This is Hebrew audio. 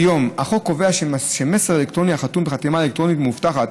כיום החוק קובע שמסר אלקטרוני החתום בחתימה אלקטרונית מאובטחת,